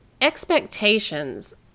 expectations